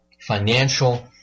financial